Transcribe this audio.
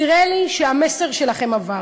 נראה לי שהמסר שלכם עבר.